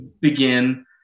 begin